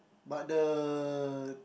but the